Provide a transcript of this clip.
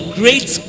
great